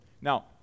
Now